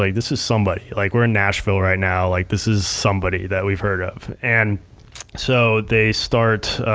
like this is somebody. like we're in nashville right now. like this is somebody that we've heard of. and so, they start